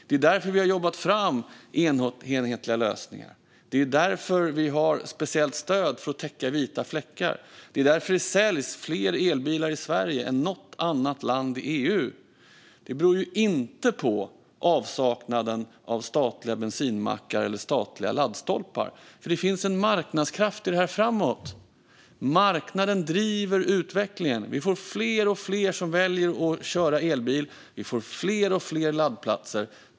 Det är därför vi har tagit fram enhetliga lösningar, och det är därför vi har ett speciellt stöd för att täcka vita fläckar. Det är därför det säljs fler elbilar i Sverige än i något annat land i EU. Det beror inte på avsaknaden av statliga bensinmackar eller statliga laddstolpar. Det finns en marknadskraft som driver detta framåt. Marknaden driver utvecklingen. Vi får fler och fler som väljer att köra elbil. Vi får fler och fler laddplatser.